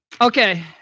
Okay